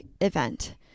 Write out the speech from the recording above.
event